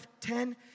ten